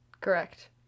Correct